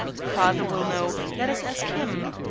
father will know. let us ask him.